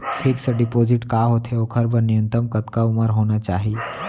Fix deposit का होथे ओखर बर न्यूनतम कतका उमर होना चाहि?